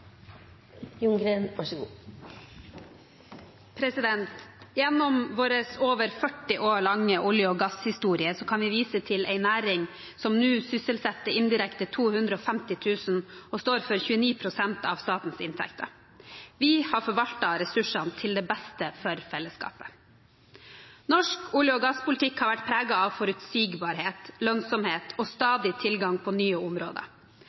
Gjennom vår over 40 år lange olje- og gasshistorie kan vi vise til en næring som nå indirekte sysselsetter 250 000 personer og står for 29 pst. av statens inntekter. Vi har forvaltet ressursene til det beste for fellesskapet. Norsk olje- og gasspolitikk har vært preget av forutsigbarhet, lønnsomhet og stadig tilgang på nye områder,